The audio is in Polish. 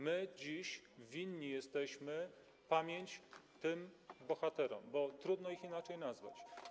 My dziś winni jesteśmy pamięć tym bohaterom, bo trudno ich inaczej nazwać.